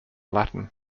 latin